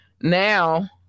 now